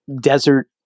desert